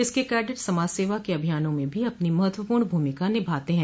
इसके कैडिट समाजसेवा के अभियानों में भी अपनी महत्वपूर्ण भूमिका निभाते है